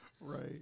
Right